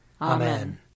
Amen